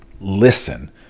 listen